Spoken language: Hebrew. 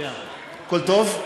הכול טוב?